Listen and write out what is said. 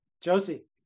Josie